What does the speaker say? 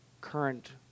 current